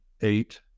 eight